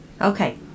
okay